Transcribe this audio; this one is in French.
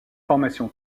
formation